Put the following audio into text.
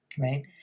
right